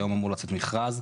היום אמור לצאת מכרז.